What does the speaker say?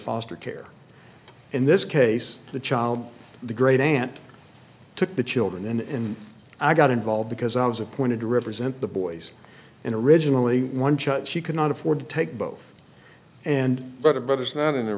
foster care in this case the child the great aunt took the children in i got involved because i was appointed to represent the boys in originally one child she could not afford to take both and but a but it's not in